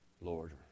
Lord